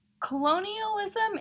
Colonialism